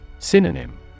Synonym